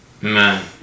Man